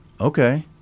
Okay